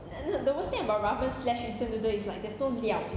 uh no the worst thing about ramen slash instant noodle it's like there's no liao